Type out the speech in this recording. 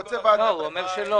לא, הוא אומר שלא.